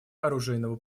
оружейного